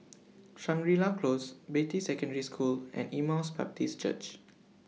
Shangri La Close Beatty Secondary School and Emmaus Baptist Church